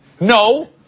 No